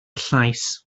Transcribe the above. llais